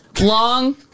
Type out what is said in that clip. long